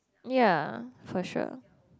ya for sure